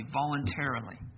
voluntarily